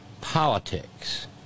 politics